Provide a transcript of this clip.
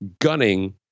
gunning